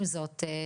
עם זאת,